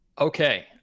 Okay